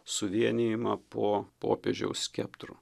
suvienijimą po popiežiaus skeptru